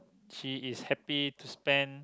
she is happy to spend